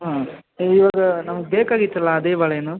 ಹ್ಞೂ ಇವಾಗ ನಮ್ಗೆ ಬೇಕಾಗಿತ್ತಲ್ಲ ಅದೇ ಬಾಳೆಹಣ್ಣು